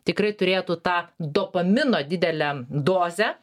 tikrai turėtų tą dopamino didelę dozę